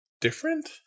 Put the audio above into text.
different